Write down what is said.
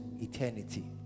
eternity